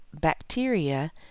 bacteria